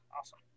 Awesome